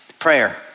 Prayer